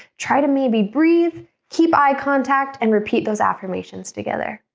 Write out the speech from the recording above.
try to maybe breathe. keep eye contact and repeat those affirmations together,